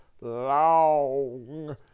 long